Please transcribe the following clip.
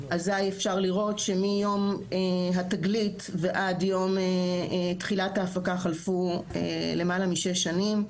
אזי אפשר לראות שמיום התגלית ועד יום תחילת ההפקה חלפו למעלה מ-6 שנים.